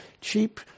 cheap